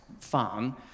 fun